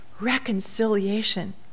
reconciliation